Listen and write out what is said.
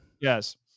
Yes